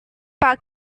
pak